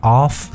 off